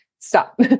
Stop